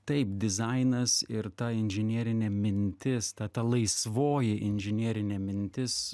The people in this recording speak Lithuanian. taip dizainas ir ta inžinierinė mintis ta ta laisvoji inžinerinė mintis